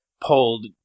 pulled